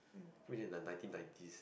in the nineteen nineties